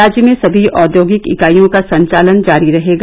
राज्य में सभी औद्योगिक इकाईयों का संचालन जारी रहेगा